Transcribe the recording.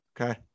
okay